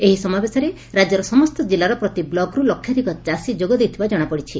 ଏହି ସମାବେଶରେ ରାଜ୍ୟର ସମସ୍ତ ଜିଲ୍ଲାର ପ୍ରତି ବ୍ଲକ୍ରୁ ଲକ୍ଷାଧିକ ଚାଷୀ ଯୋଗ ଦେଇଥିବା ଜଶାପଡ଼ିଛି